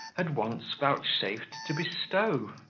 had once vouchsafed to bestow.